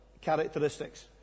characteristics